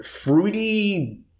fruity